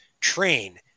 train